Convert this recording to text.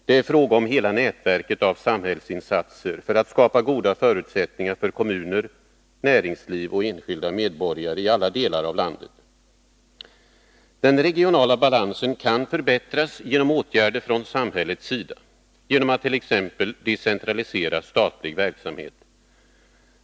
Det är fråga om hela nätverket av samhällsinsatser för att skapa goda förutsättningar för kommuner, näringsliv och enskilda medborgare i alla delar av landet. Den regionala balansen kan förbättras om åtgärder vidtas från samhällets sida, t.ex. genom att statlig verksamhet decentraliseras.